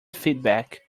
feedback